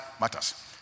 matters